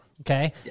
Okay